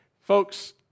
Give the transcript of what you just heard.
Folks